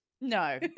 No